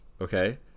Okay